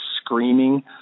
screaming –